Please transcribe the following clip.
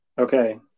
Okay